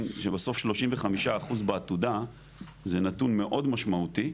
שבסוף 35% בעתודה זה נתון מאוד משמעותי,